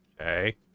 Okay